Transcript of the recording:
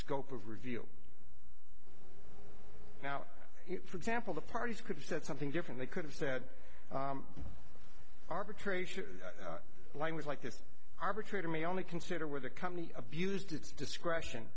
scope of review now for example the parties could have said something different they could have said arbitration language like this arbitrator may only consider where the company abused its discretion